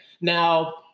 Now